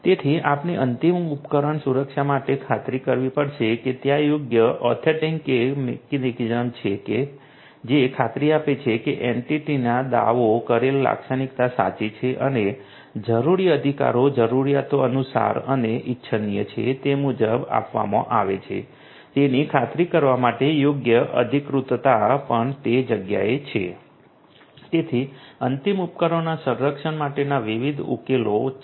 તેથી આપણે અંતિમ ઉપકરણ સુરક્ષા માટે ખાતરી કરવી પડશે કે ત્યાં યોગ્ય ઑથેંટિકેશન મિકેનિઝમ છે જે ખાતરી આપે છે કે એન્ટિટીની દાવો કરેલ લાક્ષણિકતા સાચી છે અને જરૂરી અધિકારો જરૂરીયાતો અનુસાર અને ઇચ્છનીય છે તે મુજબ આપવામાં આવે છે તેની ખાતરી કરવા માટે યોગ્ય અધિકૃતતા પણ તે જગ્યાએ છે તેથી અંતિમ ઉપકરણોના રક્ષણ માટેના વિવિધ ઉકેલો છે